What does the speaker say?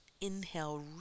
inhale